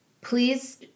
Please